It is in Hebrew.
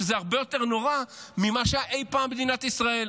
וזה הרבה יותר נורא ממה שהיה אי פעם במדינת ישראל.